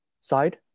side